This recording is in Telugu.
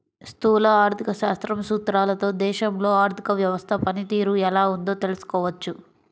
స్థూల ఆర్థిక శాస్త్రం సూత్రాలతో దేశంలో ఆర్థిక వ్యవస్థ పనితీరు ఎలా ఉందో తెలుసుకోవచ్చు